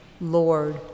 Lord